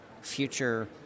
future